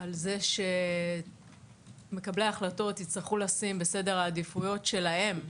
על זה שמקבלי ההחלטות יצטרכו לשים בסדר העדיפויות שלהם,